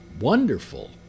wonderful